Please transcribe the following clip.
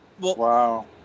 Wow